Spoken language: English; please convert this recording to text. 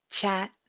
chat